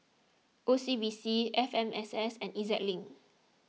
O C B C F M S S and E Z Link